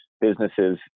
businesses